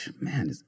man